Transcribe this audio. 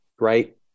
right